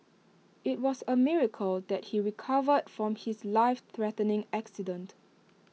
IT was A miracle that he recovered from his life threatening accident